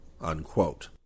unquote